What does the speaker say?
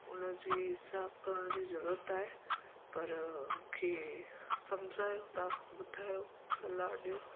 हुनजी हिसाबु करण जी ज़रूरत आहे पर मूंखे समुझायो तव्हां ॿुधायो सलाह ॾियो